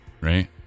right